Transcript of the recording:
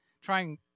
trying